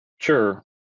Sure